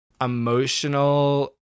emotional